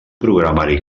programari